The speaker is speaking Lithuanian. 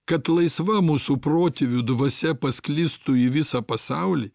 kad laisva mūsų protėvių dvasia pasklistų į visą pasaulį